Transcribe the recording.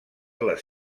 les